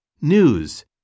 News